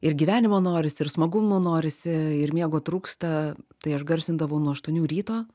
ir gyvenimo norisi ir smagumo norisi ir miego trūksta tai aš garsindavau nuo aštuonių ryto